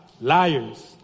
Liars